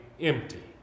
empty